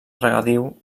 regadiu